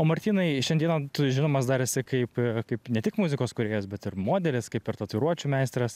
o martynai šiandieną tu žinomas dar esi kaip kaip ne tik muzikos kūrėjas bet ir modelis kaip ir tatuiruočių meistras